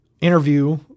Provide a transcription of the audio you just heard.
interview